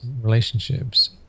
relationships